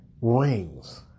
rings